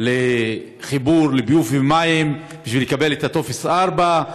לחיבור לביוב ומים בשביל לקבל טופס 4,